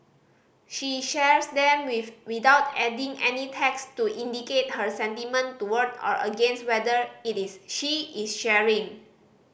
she shares them with without adding any text to indicate her sentiment toward or against whether it is she is sharing